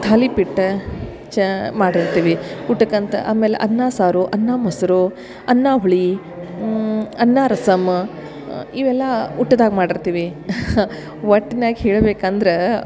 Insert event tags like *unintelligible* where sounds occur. ಥಾಲಿಪಿಟ್ ಚ *unintelligible* ಮಾಡಿರ್ತೀವಿ ಊಟಕ್ಕೆ ಅಂತ ಆಮೇಲೆ ಅನ್ನ ಸಾರು ಅನ್ನ ಮೊಸರು ಅನ್ನ ಹುಳಿ ಅನ್ನ ರಸಮ್ ಇವೆಲ್ಲ ಊಟದಾಗ ಮಾಡಿರ್ತೀವಿ ಒಟ್ನಾಗ ಹೇಳ್ಬೇಕಂದ್ರ